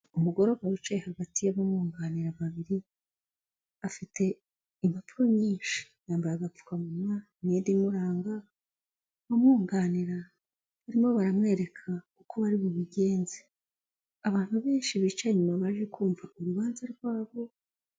Umugore wicaye hagati y'abamwunganira babiri afite impapuro nyinshi yambaye agapfukamunwa, imyenda imuranga, abamwunganira barimo baramwereka uko bari bubigenze abantu benshi bicaye inyuma baje kumva urubanza rwabo.